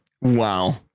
Wow